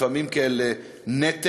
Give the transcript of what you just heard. לפעמים כאל נטל,